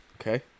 Okay